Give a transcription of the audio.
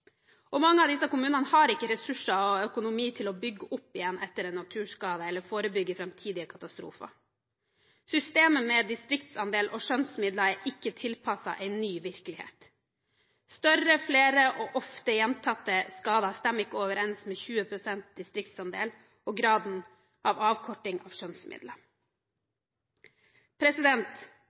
Mange av disse kommunene har ikke ressurser og økonomi til å bygge opp igjen etter en naturskade eller forebygge framtidige katastrofer. Systemet med distriktsandel og skjønnsmidler er ikke tilpasset en ny virkelighet. Større, flere og ofte gjentatte skader stemmer ikke overens med 20 pst. distriktsandel og graden av avkortning av